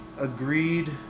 agreed